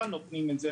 נותנים את זה,